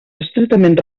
estretament